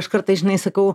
ir aš kartais žinai sakau